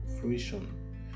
fruition